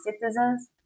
citizens